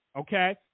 Okay